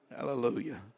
Hallelujah